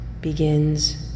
begins